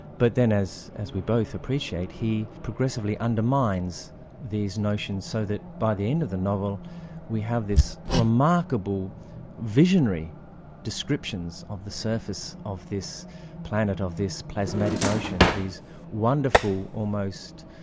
but then as as we both appreciate, he progressively undermines these notions, so that by the end of the novel we have these remarkable visionary descriptions of the surface of this planet, of this plasmatic ocean, these wonderful, almost,